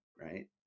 right